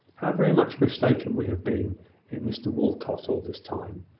how very much mistaken we have been in mr walcot all this time!